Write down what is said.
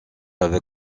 avec